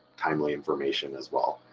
timely information as well.